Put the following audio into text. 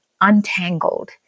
untangled